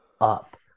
up